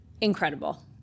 Incredible